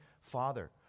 Father